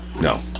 No